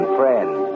friends